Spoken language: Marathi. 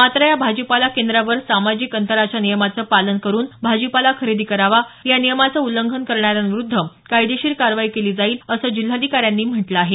मात्र या भाजीपाला केंद्रावर सामजिक अंतराच्या नियमाचे पालन करून भाजीपाला खरेदी करावा या नियमांचं उल्लंघन करणाऱ्यांविरुद्ध कायदेशीर कारवाई केली जाईल असंही जिल्हाधिकाऱ्यांनी म्हटलं आहे